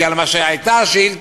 כי על מה שהייתה השאילתה,